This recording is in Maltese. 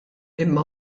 imma